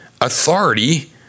authority